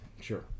sure